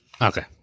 Okay